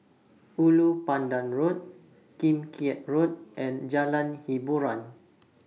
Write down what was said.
Ulu Pandan Road Kim Keat Road and Jalan Hiboran